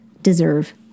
deserve